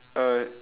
err